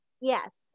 Yes